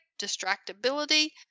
distractibility